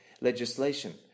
legislation